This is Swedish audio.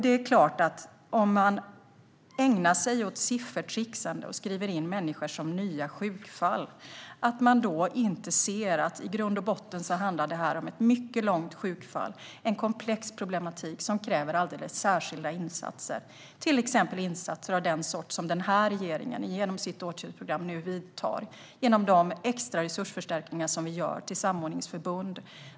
Det är klart att om man ägnar sig åt siffertrixande och skriver in människor som nya sjukfall ser man inte att det i grund och botten handlar om ett mycket långt sjukfall med en komplex problematik som kräver särskilda insatser, till exempel insatser av den sort som regeringen nu vidtar genom sitt åtgärdsprogram och genom de extra resursförstärkningarna till samordningsförbunden.